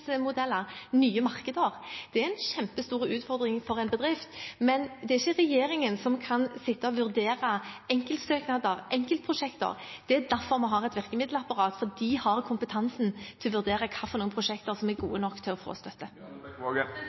nye markeder. Det er en kjempestor utfordring for en bedrift, men det er ikke regjeringen som kan sitte og vurdere enkeltsøknader, enkeltprosjekter. Det er derfor vi har et virkemiddelapparat, for de har kompetansen til å vurdere hvilke prosjekter som er gode nok til å få støtte.